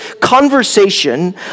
conversation